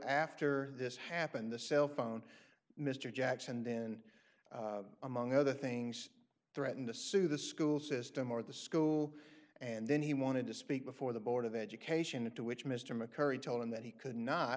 after this happened the cell phone mr jackson and then among other things threaten to sue the school system or the school and then he wanted to speak before the board of education and to which mr mccurry told him that he could not